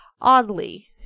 Oddly